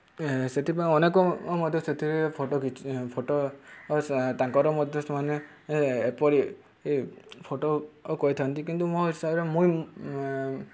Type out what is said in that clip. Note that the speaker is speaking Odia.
ସେଥିପାଇଁ ଅନେକ ମଧ୍ୟ ସେଥିରେ ଫଟୋ ଫଟୋ ତାଙ୍କର ମଧ୍ୟ ସେମାନେ ଏପରି ଫଟୋ କରିଥାନ୍ତି କିନ୍ତୁ ମୋ ହିସାବରେ ମୁଇଁ